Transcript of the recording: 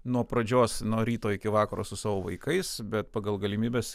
nuo pradžios nuo ryto iki vakaro su savo vaikais bet pagal galimybes